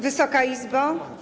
Wysoka Izbo!